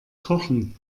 kochen